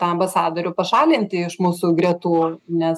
tą ambasadorių pašalinti iš mūsų gretų nes